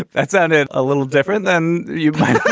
that sounded a little different than you might